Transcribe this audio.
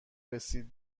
رسید